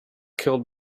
killed